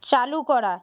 চালু করা